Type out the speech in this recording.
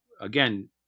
Again